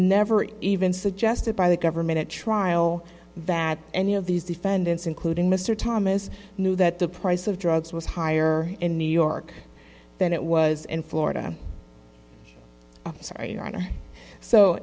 never even suggested by the government at trial that any of these defendants including mr thomas knew that the price of drugs was higher in new york than it was in florida i'm sorry